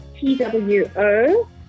T-W-O-